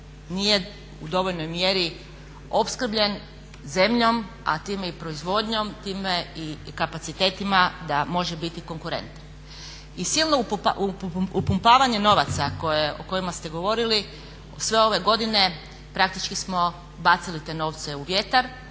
nije u dovoljnoj mjeri opskrbljen zemljom, a time i proizvodnjom, time i kapacitetima da može biti konkurentan. I silno upumpavanje novaca o kojima ste govorili sve ove godine praktički smo bacili te novce u vjetar,